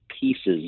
pieces